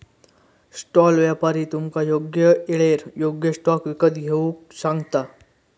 stall व्यापारी तुमका योग्य येळेर योग्य स्टॉक विकत घेऊक सांगता